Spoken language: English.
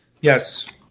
Yes